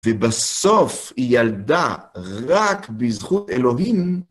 ובסוף היא ילדה רק בזכות אלוהים.